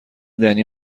دنی